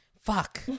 Fuck